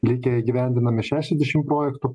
likę įgyvendinami šešiasdešim projektų